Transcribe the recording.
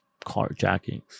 carjackings